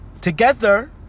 Together